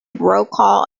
brokaw